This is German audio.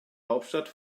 hauptstadt